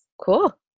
Cool